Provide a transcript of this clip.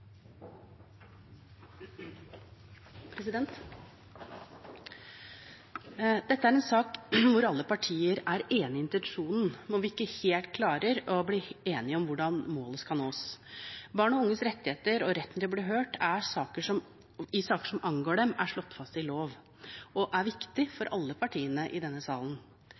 hvor vi ikke helt klarer å bli enige om hvordan målet skal nås. Barn og unges rettigheter og retten til å bli hørt i saker som angår dem, er slått fast i lov og er viktig for alle partiene i denne salen.